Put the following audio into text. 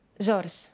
George